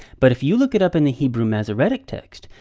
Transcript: but if you look it up in the hebrew masoretic text,